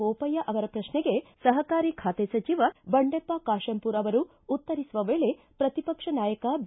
ಬೋಪಯ್ಯ ಅವರ ಪ್ರಶ್ನೆಗೆ ಸಹಕಾರಿ ಖಾತೆ ಸಚಿವ ಬಂಡೆಪ್ಪ ಕಾಶಂಪೂರ ಅವರು ಉತ್ತರಿಸುವ ವೇಳೆ ಪ್ರತಿಪಕ್ಷ ನಾಯಕ ಬಿ